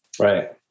Right